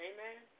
Amen